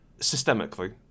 Systemically